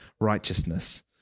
righteousness